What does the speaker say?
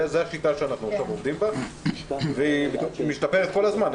זה השיטה שאנחנו עכשיו עובדים בה והיא משתפרת כל הזמן.